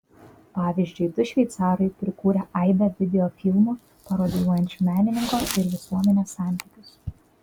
pavyzdžiui du šveicarai prikūrę aibę videofilmų parodijuojančių menininko ir visuomenės santykius